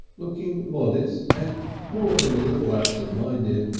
looking modest and more than a little absent-minded,